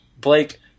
Blake